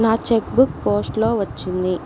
నా cheque book post లో వచ్చింది